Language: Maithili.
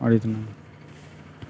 आओर एतने